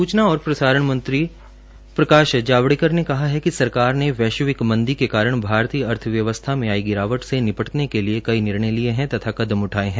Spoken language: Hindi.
सूचना और प्रसारण मंत्री प्रकाश जावड़ेकर ने कहा है कि सरकार ने वैश्विक मंदी के कारण भारतीय अर्थव्यवस्था में आई गिरावट से निपटने के लिए कई निर्णय लिए हैं तथा कदम उठाए हैं